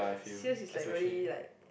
sales is like really like